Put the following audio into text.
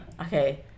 Okay